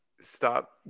stop